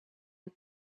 een